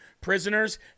prisoners